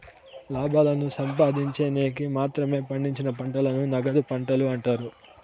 లాభాలను సంపాదిన్చేకి మాత్రమే పండించిన పంటలను నగదు పంటలు అంటారు